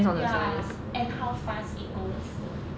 ya and how fast it goes